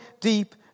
deep